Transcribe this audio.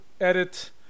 edit